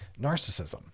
Narcissism